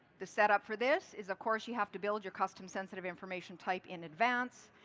the setup for this is of course you have to build your custom sensitive information type in advance,